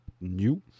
New